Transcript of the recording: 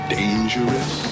dangerous